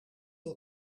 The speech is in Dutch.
wil